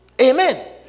Amen